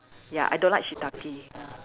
ya I don't like shiitake